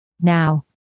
Now